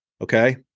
okay